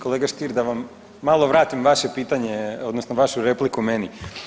Kolega Stier, da vam malo vratim vaše pitanje odnosno vašu repliku meni.